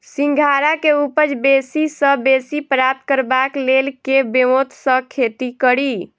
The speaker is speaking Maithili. सिंघाड़ा केँ उपज बेसी सऽ बेसी प्राप्त करबाक लेल केँ ब्योंत सऽ खेती कड़ी?